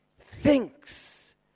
thinks